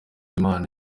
impano